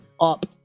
up